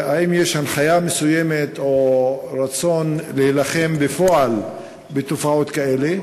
האם יש הנחיה מסוימת או רצון להילחם בפועל בתופעות כאלה?